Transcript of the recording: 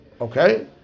Okay